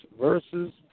versus